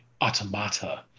automata